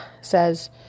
says